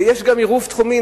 יש גם עירוב תחומין.